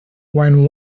when